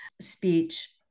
speech